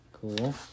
Cool